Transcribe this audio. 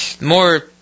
More